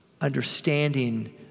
understanding